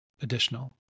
additional